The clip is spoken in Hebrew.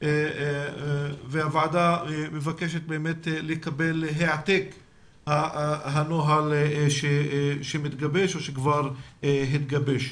והוועדה מבקשת לקבל העתק הנוהל שמתגבש או שכבר התגבש.